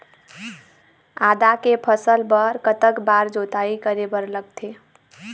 आदा के फसल बर कतक बार जोताई करे बर लगथे?